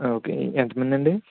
okay ఎంతమందండి